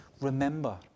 remember